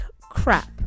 crap